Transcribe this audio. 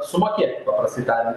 sumokėti paprastai tariant